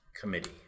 committee